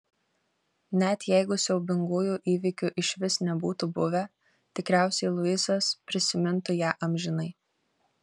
net jeigu siaubingųjų įvykių išvis nebūtų buvę tikriausiai luisas prisimintų ją amžinai